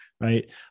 right